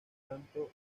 tanto